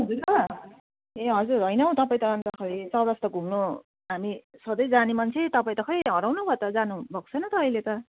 बुनु ए हजुर हैन हौ तपाईँ त अनि त खेरि चौरास्ता घुम्नु हामी सधैँ जाने मान्छे तपाईँ त खै हराउनुभयो त जानुभएको छैन त अहिले त